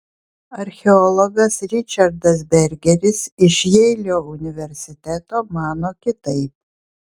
archeologas ričardas bergeris iš jeilio universiteto mano kitaip